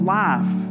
life